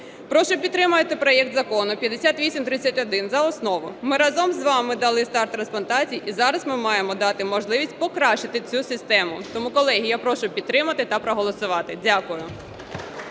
Прошу підтримати проект Закону 5831 за основу. Ми разом з вами дали старт трансплантації і зараз ми маємо дати можливість покращити цю систему. Тому, колеги, я прошу підтримати та проголосувати. Дякую.